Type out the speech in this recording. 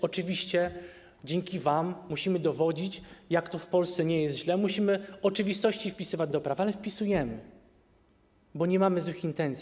Oczywiście dzięki wam musimy dowodzić, że w Polsce nie jest źle, musimy oczywistości wpisywać do praw, ale wpisujemy, bo nie mamy złych intencji.